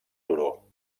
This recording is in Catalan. turó